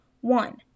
One